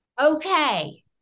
Okay